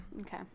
Okay